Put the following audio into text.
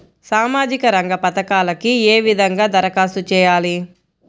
సామాజిక రంగ పథకాలకీ ఏ విధంగా ధరఖాస్తు చేయాలి?